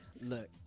look